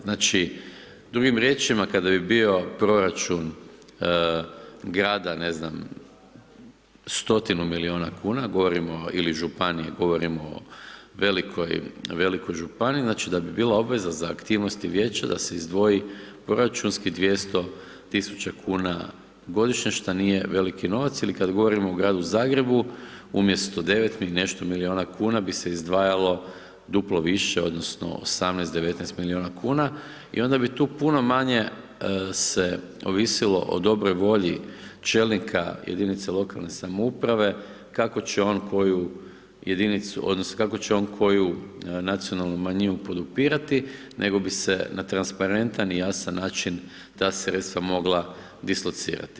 Znači drugim riječima kada bi bio proračun grada ne znam 100 milijuna kuna, govorim ili županiji, govorimo velikoj županiji, znači da bi bila obveza za aktivnosti vijeća da se izdvoji proračunski 200 kuna godišnje, što nije veliki novac ili kada govorimo o Gradu Zagrebu, umjesto 9 i nešto milijuna kuna bi se izdvajalo duplo više, odnosno, 18, 19 milijuna kuna i onda bi tu puno manje se ovisilo o dobroj volji čelnika jedinice lokalne samouprave, kako će on koju jedinicu, odnosno, kako će on koju nacionalnu manjinu podupirati, nego bi se na transparentan i jačan način ta sredstva mogla dislocirati.